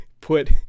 Put